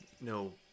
no